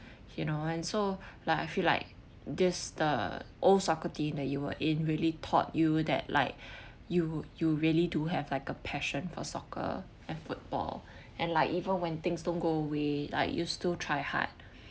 you know and so like I feel like this the old soccer team that you were in really taught you that like you you really do have like a passion for soccer and football and like even when things don't go away I used to try hard